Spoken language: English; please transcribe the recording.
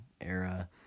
era